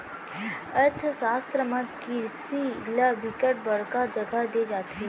अर्थसास्त्र म किरसी ल बिकट बड़का जघा दे जाथे